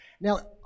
Now